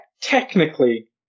technically